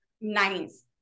Nice